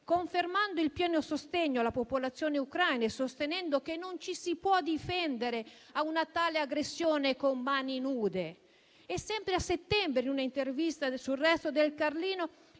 confermando il pieno sostegno alla popolazione ucraina e sostenendo che non ci si può difendere da una tale aggressione a mani nude. Sempre a settembre, in un'intervista a «Il Resto del Carlino»,